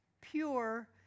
pure